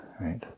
right